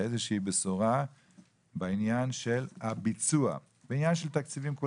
מצפים לשמוע איזושהי בשורה בעניין הביצוע ובעניין של התקציבים.